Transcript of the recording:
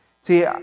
See